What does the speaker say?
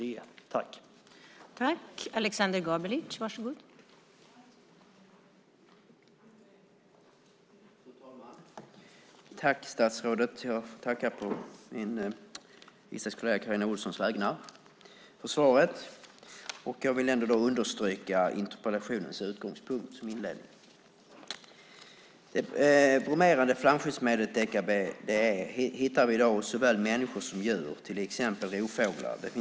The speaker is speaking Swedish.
Då Carina Ohlsson, som framställt interpellationen, anmält att hon var förhindrad att närvara vid sammanträdet medgav andre vice talmannen att Aleksander Gabelic i stället fick delta i överläggningen.